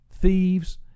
thieves